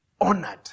honored